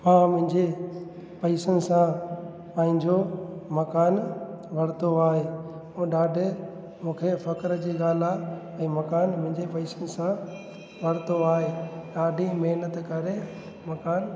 हा मुंहिंजे पैसनि सां पंहिंजो मकानु वरितो आहे उहो ॾाढे मूंखे फ़ख़्र जी ॻाल्हि आहे हे मकानु मुंहिंजे पैसनि सां वरितो आहे ॾाढी महिनत करे मकानु